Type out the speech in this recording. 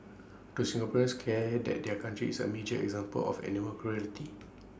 do Singaporeans care that their country is A major example of animal cruelty